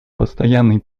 постоянный